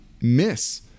miss